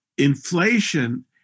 inflation